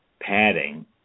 padding